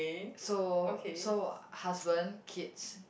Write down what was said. so so husband kids